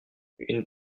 une